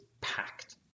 packed